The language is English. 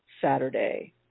Saturday